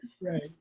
Right